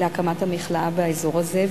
להקמת המכלאה באזור הזה,